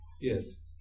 Yes